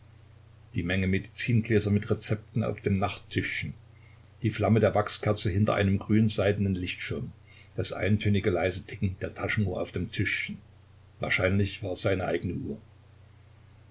die menge medizingläser mit rezepten auf dem nachttischchen die flamme der wachskerze hinter einem grünseidenen lichtschirm das eintönige leise ticken der taschenuhr auf dem tischchen wahrscheinlich war es seine eigene uhr